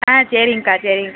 ஆ சரிங்க்கா சரிங்க்கா